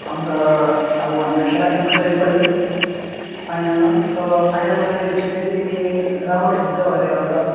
अन्त अब हामीलाई खेला खेल्नु छ यो पालि फाइनलमा त फाइनलमा मैले सुनेको थिएँ तिमी राम्रो खेल्छौ अरे हलका